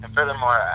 Furthermore